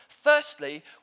Firstly